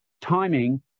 Timing